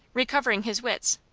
recovering his wits.